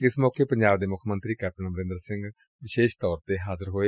ਇਸ ਮੌਕੇ ਪੰਜਾਬ ਦੇ ਮੁੱਖ ਮੰਤਰੀ ਕੈਪਟਨ ਅਮਰਿੰਦਰ ਸਿੰਘ ਵਿਸ਼ੇਸ਼ ਤੋਰ ਤੇ ਹਾਜ਼ਿਰ ਸਨ